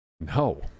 no